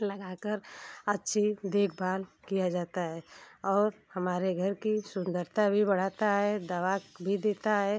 लगा कर अच्छी देख भाल किया जाता है और हमारे घर की सुंदरता भी बढ़ाता है दवा भी देता है